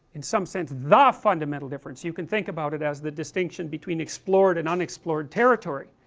in some sense, the fundamental difference, you can think about it as the distinction between explored and unexplored territory,